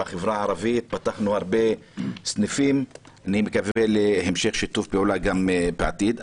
בחברה הערבית פתחנו הרבה סניפים ואני מקווה להמשך שיתוף פעולה גם בעתיד.